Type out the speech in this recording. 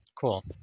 Cool